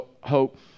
hope